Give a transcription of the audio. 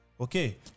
Okay